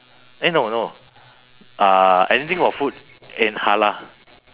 eh no no uh anything for food and halal